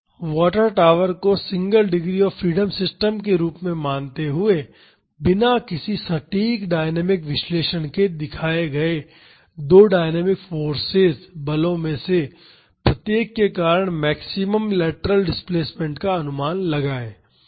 water tower को single degree of freedom system के रूप में मानते हुए बिना किसी सटीक डायनामिक विश्लेषण के दिखाए गए दो डायनामिक फोर्सेज बलों में से प्रत्येक के कारण मैक्सिमम लेटरल डिस्प्लेस्मेंट का अनुमान लगाएं